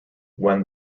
when